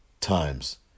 times